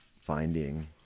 finding